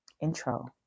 intro